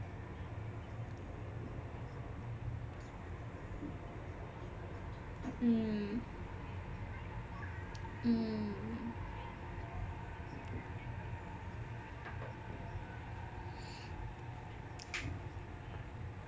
mm mm